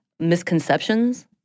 misconceptions